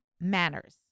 manners